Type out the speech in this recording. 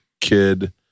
kid